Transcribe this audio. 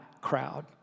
crowd